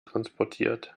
transportiert